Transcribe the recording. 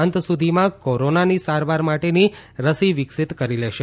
અંત સુધીમાં કોરોનાની સારવાર માટેની રસી વિકસીત કરી લેશે